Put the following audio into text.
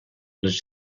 les